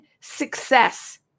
success